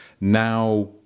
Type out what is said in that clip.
now